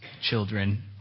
children